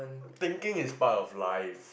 thinking is part of life